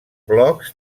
blocs